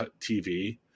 TV